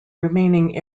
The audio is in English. remaining